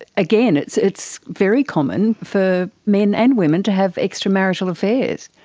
again, it's it's very common for men and women to have extramarital affairs.